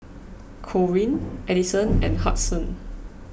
Corene Adison and Hudson